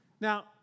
Now